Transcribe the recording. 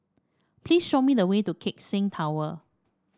please show me the way to Keck Seng Tower